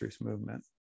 movement